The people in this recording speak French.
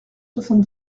soixante